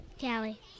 Callie